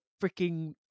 freaking